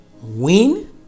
win